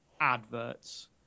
adverts